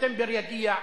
שספטמבר יגיע,